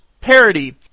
parody